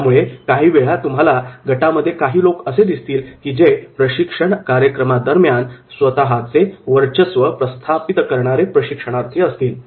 त्यामुळे काही वेळा तुम्हाला गटामध्ये काही लोक असे दिसतील की जे प्रशिक्षण कार्यक्रमादरम्यान स्वतःचे वर्चस्व प्रस्थापित करणारे प्रशिक्षणार्थी असतील